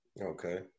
Okay